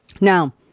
Now